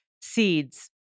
seeds